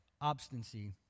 obstinacy